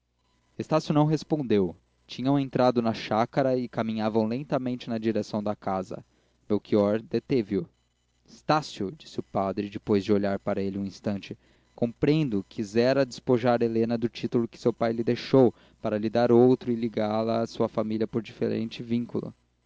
estácio não respondeu tinham entrado na chácara e caminhavam lentamente na direção da casa melchior deteve o estácio disse o padre depois de olhar para ele um instante compreendo quisera despojar helena do título que seu pai lhe deixou para lhe dar outro e ligá la à sua família por diferente vínculo